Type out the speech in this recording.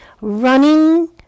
running